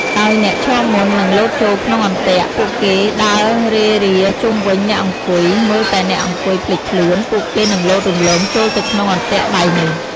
ដោយអ្នកឈរមុននឹងលោតចូលក្នុងអន្ទាក់ ពួកគេដើររេរាជុំវិញអ្នកអង្គុយ មើលតែអ្នកអង្គុយភ្លេចខ្លួន ពួកគេនឹងលោតរំលងចូលទៅក្នុងអន្ទាក់ដៃនោះ។